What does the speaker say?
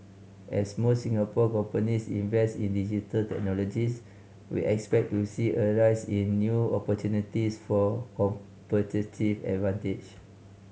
as more Singapore companies invest in Digital Technologies we expect to see a rise in new opportunities for competitive advantage